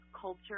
culture